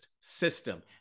system